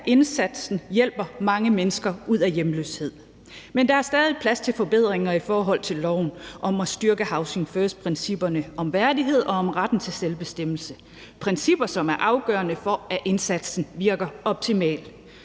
at indsatsen hjælper mange mennesker ud af hjemløshed. Men der er stadig plads til forbedringer i forhold til loven om at styrke housing first-principperne om værdighed og om retten til selvbestemmelse. Det er principper, som er afgørende for, at indsatsen virker optimalt.